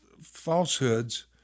falsehoods